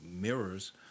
mirrors